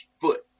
foot